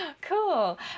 cool